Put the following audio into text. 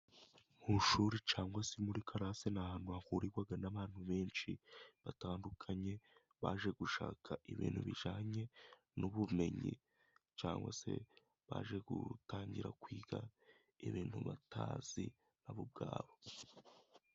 Mu ishuri cyangwa se muri karasi ni ahantu hahurirwa n'abantu benshi batandukanye, baje gushaka ibintu bijyanye n'ubumenyi cyangwa se baje gutangira kwiga ibintu batazi na bo ubwabo.